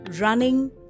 running